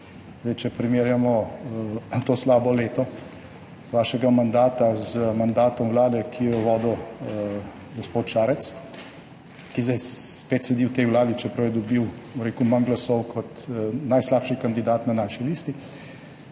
hitro. Če primerjamo to slabo leto vašega mandata z mandatom vlade, ki jo je vodil gospod Šarec, ki zdaj spet sedi v tej vladi, čeprav je dobil, bom rekel, manj glasov kot najslabši kandidat na naši listi,